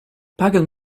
pagan